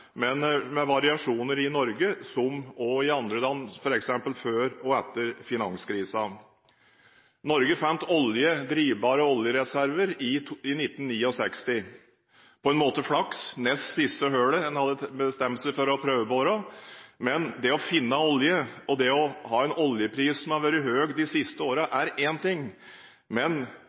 men med variasjoner i Norge, som i andre land, f.eks. før og etter finanskrisen. Norge fant drivbare oljereserver i 1969 – på en måte flaks: I nest siste hullet en hadde bestemt seg for å prøvebore. Men det å finne olje og det å ha en oljepris som har vært høy de siste årene, er én ting.